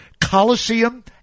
Coliseum